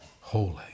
holy